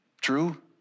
True